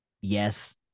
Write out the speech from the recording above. yes